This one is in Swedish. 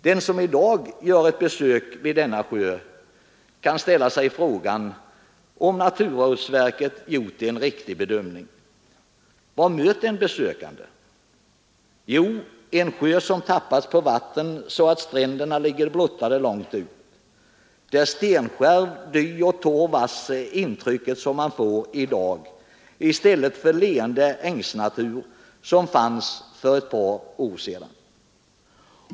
Den som i dag gör ett besök vid denna sjö kan ställa sig frågan om naturvårdsverket gjort en riktig bedömning. Vad möter en besökande? Jo, en sjö som tappats på vatten så att stränderna ligger blottade långt ut. Stenskärv, dy och torr vass är det intryck man får i dag i stället för den leende ängsnatur som fanns för ett par år sedan.